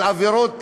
על עבירות,